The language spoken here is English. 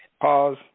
Pause